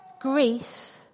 Grief